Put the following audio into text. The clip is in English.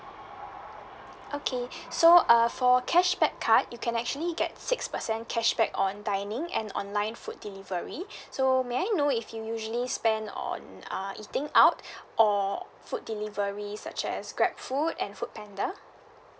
okay so uh for cashback card you can actually get six percent cashback on dining and online food delivery so may I know if you usually spend on uh eating out or food delivery such as grabfood and foodpanda